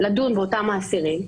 לדון באותם האסירים,